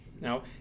Now